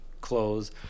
clothes